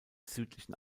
südlichen